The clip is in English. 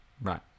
Right